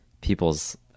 people's